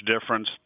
difference